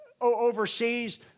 overseas